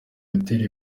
gutera